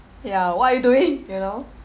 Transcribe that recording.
ya what are you doing you know